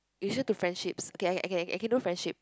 issue to friendships okay I can I can do friendships